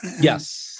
Yes